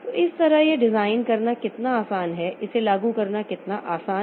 तो इस तरह यह डिजाइन करना कितना आसान है इसे लागू करना कितना आसान है